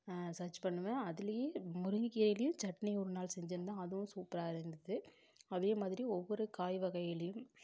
search பண்ணுவேன் அதிலையே முருங்கைக் கீரைலேயும் சட்னி ஒரு நாள் செஞ்சிருந்தேன் அதுவும் சூப்பராக இருந்தது அதே மாதிரி ஒவ்வொரு காய் வகையிலையும்